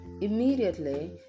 Immediately